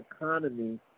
economy